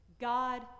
God